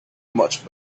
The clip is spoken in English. much